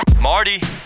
Marty